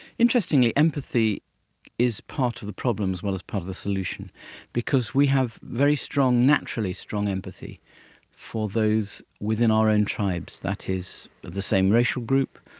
interestingly, empathy is part of the problem as well as part of the solution because we have very strong, naturally strong empathy for those within our own tribes, that is of the same racial group,